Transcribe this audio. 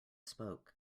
spoke